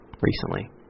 recently